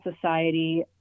society